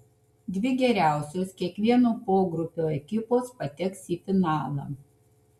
dvi geriausios kiekvieno pogrupio ekipos pateks į finalą